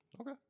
okay